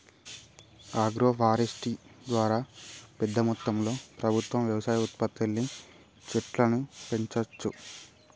agro forestry ద్వారా పెద్ద మొత్తంలో ప్రభుత్వం వ్యవసాయ ఉత్పత్తుల్ని చెట్లను పెంచవచ్చు